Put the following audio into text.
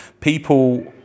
people